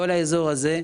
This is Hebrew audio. כל האזור הזה,